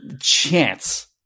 chance